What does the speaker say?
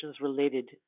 related